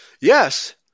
Yes